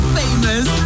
famous